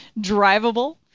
drivable